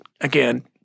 Again